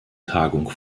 tagung